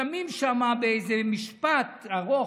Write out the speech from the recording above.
שמים שם באיזה משפט ארוך,